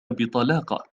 بطلاقة